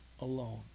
Alone